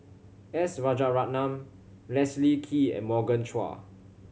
S Rajaratnam Leslie Kee and Morgan Chua